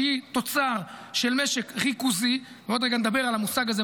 שהיא תוצר של משק ריכוזי ועוד רגע נדבר על המושג הזה,